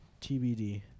TBD